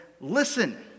listen